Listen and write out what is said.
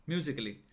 Musically